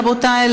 רבותי,